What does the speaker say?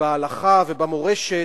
ובהלכה ובמורשת,